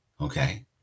Okay